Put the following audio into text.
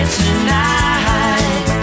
tonight